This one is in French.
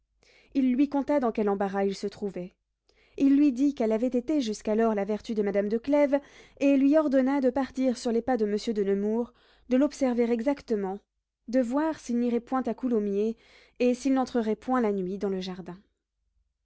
il lui conta dans quel embarras il se trouvait il lui dit quelle avait été jusqu'alors la vertu de madame de clèves et lui ordonna de partir sur les pas de monsieur de nemours de l'observer exactement de voir s'il n'irait point à coulommiers et s'il n'entrerait point la nuit dans le jardin